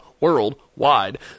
Worldwide